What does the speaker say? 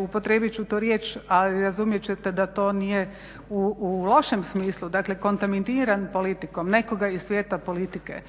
upotrijebit ću to riječ, a razumjet ćete da to nije u lošem smislu. Dakle, kontaminiran politikom, nekoga iz svijeta politike